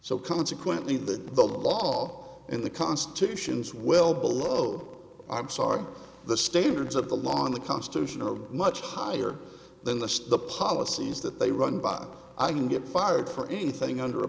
so consequently that the law in the constitution's well below i'm sorry the standards of the law in the constitution are much higher than the the policies that they run by i can get fired for anything under a